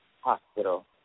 hospital